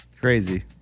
Crazy